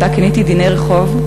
שאותה כיניתי "דיני רחוב",